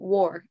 war